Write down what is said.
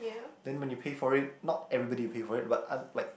then when you pay for it not everybody will pay for it but un~ like